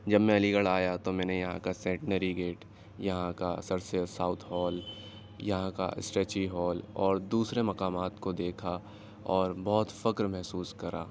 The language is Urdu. جب میں علی گڑھ آیا تو میں نے یہاں کا سیٹنری گیٹ یہاں کا سر سید ساؤتھ ہال یہاں کا اسٹریچی ہال اور دوسرے مقامات کو دیکھا اور بہت فخر محسوس کرا